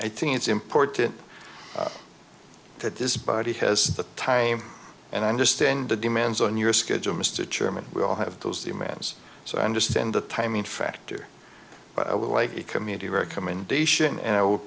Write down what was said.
i think it's important that this body has the time and i understand the demands on your schedule mr chairman we all have those demands so i understand the timing factor but i would like a community recommendation and i would